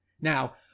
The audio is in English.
Now